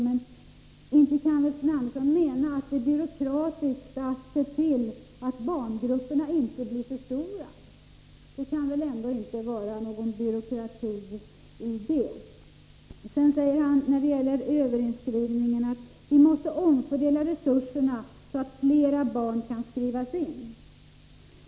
Menar Sten Andersson att det är byråkratiskt att se till att barngrupperna inte blir för stora? Det kan väl inte vara något byråkratiskt i det. När det gäller överinskrivningen sade socialministern att vi måste omfördela resurserna så att flera barn kan skrivas in.